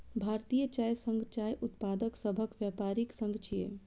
भारतीय चाय संघ चाय उत्पादक सभक व्यापारिक संघ छियै